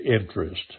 interest